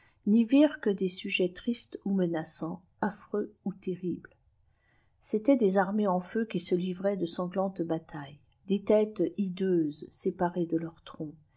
n'y tirait que des solets tristes ou menaçants affreux ou terribles c'étaient dêsjbiniiées en feu qui se livraieat de sanglantes baiailtes des têtes hideuses séparées de leur tronc